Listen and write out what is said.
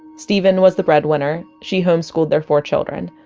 steven was the breadwinner she homeschooled their four children.